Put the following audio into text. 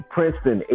Princeton